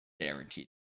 guaranteed